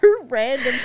random